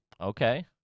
Okay